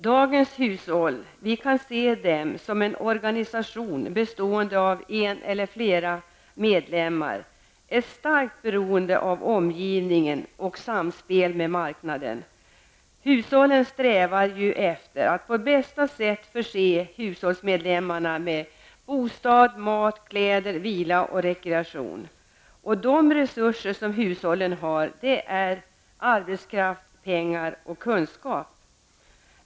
Vi kan se dagens hushåll som en organisation bestående av en eller flera medlemmar som är starkt beroende av omgivningen och samspelet med marknaden. Hushållen strävar efter att på bästa sätt förse hushållsmedlemmarna med bostad, mat, kläder, vila och rekreation. De resurser som hushållen har är arbetskraft, pengar och kunskap.